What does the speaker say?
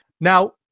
Now